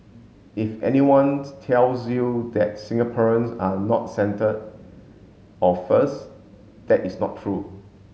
if anyone tells you that Singaporeans are not centre or first that is not true